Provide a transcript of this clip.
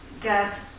get